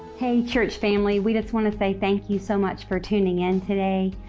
hey church family. we just want to say thank you so much for tuning in today.